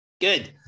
Good